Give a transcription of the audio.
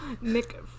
Nick